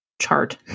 chart